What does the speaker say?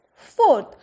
Fourth